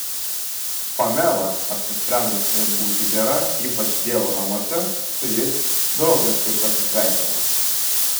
pamela apsisprendusi būti gera ypač dievo namuose su jais draugiškai pasisveikino